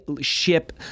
ship